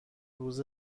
روز